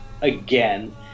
again